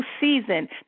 season